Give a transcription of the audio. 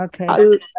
Okay